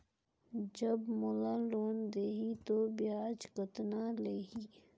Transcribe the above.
जब मोला लोन देही तो ब्याज कतना लेही?